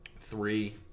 Three